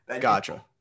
Gotcha